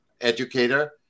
educator